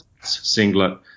singlet